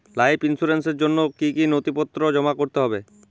Life ইন্সুরেন্সর জন্য জন্য কি কি নথিপত্র জমা করতে হবে?